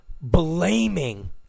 blaming